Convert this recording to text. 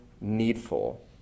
needful